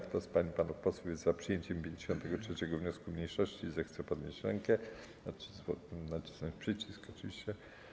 Kto z pań i panów posłów jest za przyjęciem 53. wniosku mniejszości, zechce podnieść rękę i nacisnąć przycisk oczywiście.